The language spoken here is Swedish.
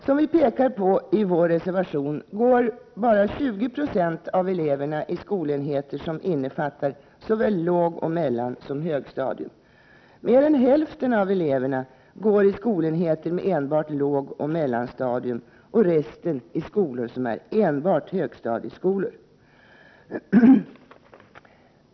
Som vi påpekar i vår reservation går bara 20 96 av eleverna i skolenheter som innefattar såväl lågoch mellansom högstadium. Mer än hälften av eleverna går i skolenheter med enbart lågoch mellanstadium och resten i skolor som enbart är högstadieskolor.